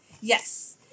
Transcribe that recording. Yes